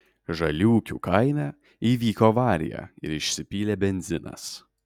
žaliūkių kaime įvyko avarija ir išsipylė benzinas